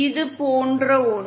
இது போன்ற ஒன்று